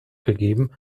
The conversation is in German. gegeben